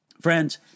Friends